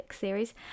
series